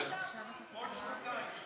עוד שנתיים.